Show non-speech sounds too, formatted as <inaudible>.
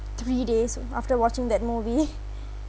three days after watching that movie <laughs>